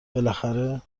بالاخره